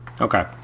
okay